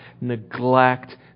neglect